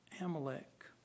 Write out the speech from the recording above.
Amalek